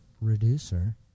reducer